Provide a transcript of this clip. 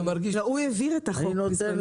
הוא העביר את החוק.